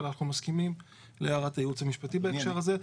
אבל אנחנו מסכימים להערת הייעוץ המשפטי בהקשר הזה.